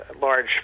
large